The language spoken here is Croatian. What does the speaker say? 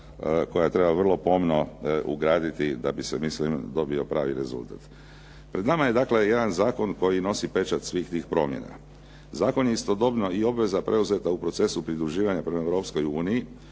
koja treba vrlo pomno ugraditi da bi se mislim dobio pravi rezultat. Pred nama je dakle jedan zakon koji nosi pečat svih tih promjena. Zakon je istodobno i obveza preuzeta u procesu pridruživanja prema Europskoj uniji